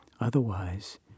Otherwise